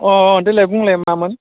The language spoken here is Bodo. अ देलाय बुंलाय मामोन